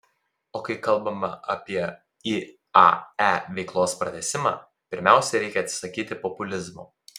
o kai kalbama apie iae veiklos pratęsimą pirmiausia reikia atsisakyti populizmo